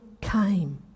came